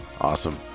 awesome